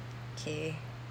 okay